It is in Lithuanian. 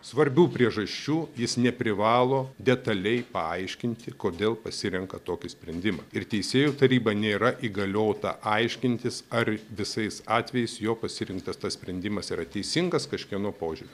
svarbių priežasčių jis neprivalo detaliai paaiškinti kodėl pasirenka tokį sprendimą ir teisėjų taryba nėra įgaliota aiškintis ar visais atvejais jo pasirinktas tas sprendimas yra teisingas kažkieno požiūriu